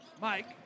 Mike